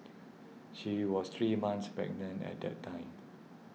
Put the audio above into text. she was three months pregnant at the time